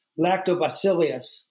lactobacillus